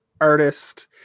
artist